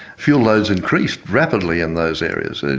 fuel loads increased rapidly in those areas. ah